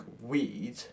weed